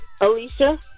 Alicia